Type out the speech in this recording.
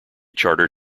charter